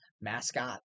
mascot